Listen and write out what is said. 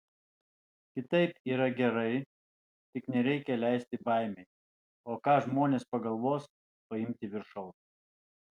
kitaip yra gerai tik nereikia leisti baimei o ką žmonės pagalvos paimti viršaus